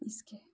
इसके